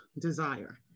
desire